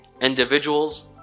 individuals